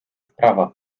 sprawa